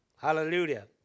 Hallelujah